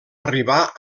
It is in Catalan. arribar